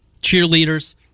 cheerleaders